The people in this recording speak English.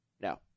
No